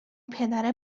پدر